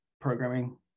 programming